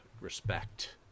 respect